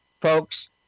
folks